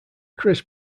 chris